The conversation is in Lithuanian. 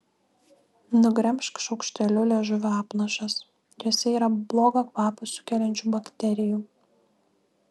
nugremžk šaukšteliu liežuvio apnašas jose yra blogą kvapą sukeliančių bakterijų